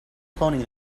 cloning